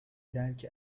درک